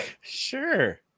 sure